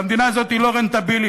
והמדינה הזאת היא לא רנטבילית,